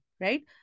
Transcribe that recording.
right